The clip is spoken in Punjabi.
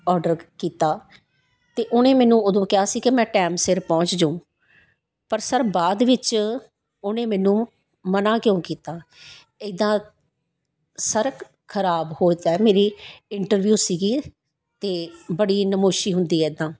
ਓਡਰ ਕ ਕੀਤਾ ਅਤੇ ਉਹਨੇ ਮੈਨੂੰ ਉਦੋਂ ਕਿਹਾ ਸੀ ਕੇ ਮੈਂ ਟੈਮ ਸਿਰ ਪਹੁੰਚ ਜਾਊਂ ਪਰ ਸਰ ਬਾਅਦ ਵਿੱਚ ਉਹਨੇ ਮੈਨੂੰ ਮਨਾਂ ਕਿਉਂ ਕੀਤਾ ਇੱਦਾਂ ਸਰ ਖਰਾਬ ਹੋ ਜ਼ਾ ਮੇਰੀ ਇੰਟਰਵਿਊ ਸੀਗੀ ਅਤੇ ਬੜੀ ਨਮੋਸ਼ੀ ਹੁੰਦੀ ਹੈ ਇੱਦਾਂ